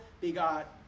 begot